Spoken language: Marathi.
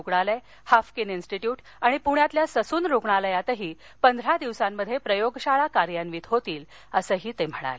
रूग्णालय हाफकीन स्टिट्यूट आणि पुण्यातील ससून रूग्णालयातही पंधरा दिवसात प्रयोगशाळा कार्यान्वित होतील असंही ते म्हणाले